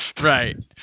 right